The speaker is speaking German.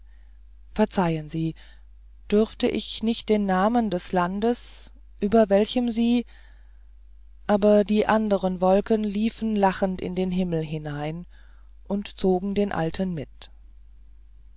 verzeihen sie dürfte ich nicht den namen des landes über welchem sie aber die anderen wolken liefen lachend in den himmel hinein und zogen den alten mit